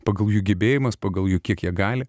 pagal jų gebėjimas pagal jų kiek jie gali